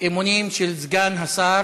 אמונים של סגן השר